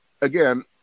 Again